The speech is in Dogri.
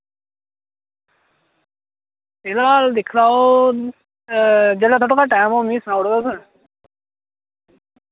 इ'दा दिक्खी लैओ जेल्लै थोआड़े कोल टाइम होग मि सनाउड़यो तुस